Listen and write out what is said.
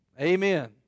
amen